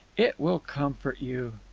it will comfort you.